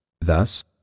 Thus